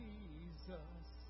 Jesus